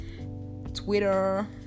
Twitter